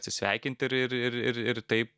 atsisveikinti ir ir ir ir taip